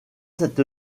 cette